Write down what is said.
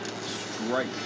strike